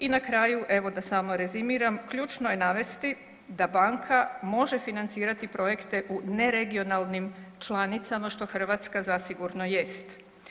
I na kraju, evo da samo rezimiram, ključno je navesti da Banka može financirati projekte u neregionalnim članicama, što Hrvatska zasigurno jest.